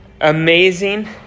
amazing